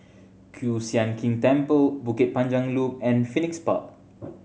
Kiew Sian King Temple Bukit Panjang Loop and Phoenix Park